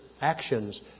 actions